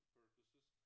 purposes